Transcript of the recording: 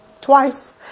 Twice